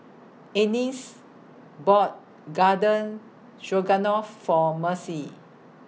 Anice bought Garden Stroganoff For Mercy